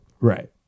Right